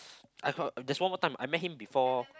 I heard there's one more time I met him before